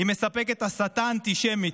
היא מספקת הסתה אנטישמית: